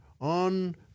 on